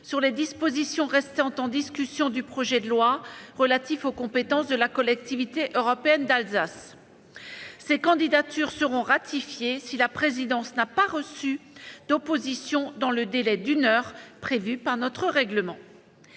sur les dispositions restant en discussion du projet de loi relatif aux compétences de la Collectivité européenne d'Alsace. Ces candidatures seront ratifiées si la présidence n'a pas reçu d'opposition dans le délai d'une heure prévu par notre règlement.